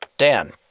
Dan